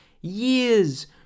years